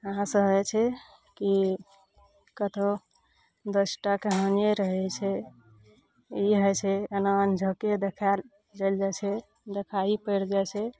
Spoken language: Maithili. एहाँ तऽ होइ छै की कतहो दस टा कहानिये रहै छै ई हइ छै एना अनझपे देखएल चैल जाइ छै देखाइ पैड़ि जाइ छै